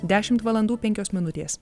dešimt valandų penkios minutės